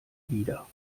wieder